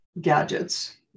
gadgets